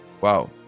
Wow